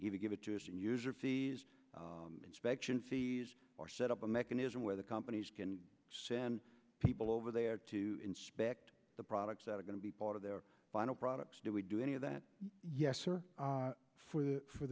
even give it to us and user fees inspection seize or set up a mechanism where the companies can send people over there to inspect the products that are going to be part of their final products do we do any of that yes sir for the for